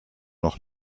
noch